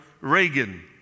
Reagan